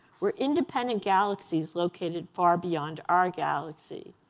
were independent galaxies located far beyond our galaxy.